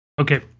okay